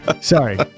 Sorry